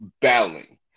battling